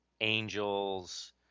angels